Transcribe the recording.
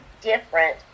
different